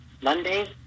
Monday